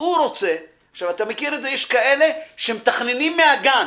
יש כאלה שמתכננים עוד מהגן